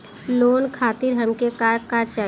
Loan खातीर हमके का का चाही?